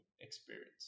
experience